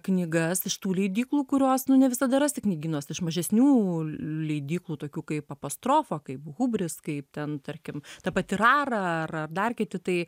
knygas iš tų leidyklų kurios ne visada rasi knygynuose iš mažesnių leidyklų tokių kaip apostrofa kaip hubris kaip ten tarkim ta pati rara ar ar dar kiti tai